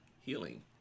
healing